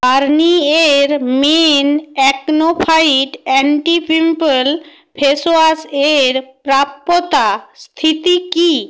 Garnier men acno fight anti pimple face wash এর প্রাপ্যতা স্থিতি কী